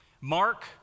Mark